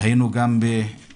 היינו גם באכסאל,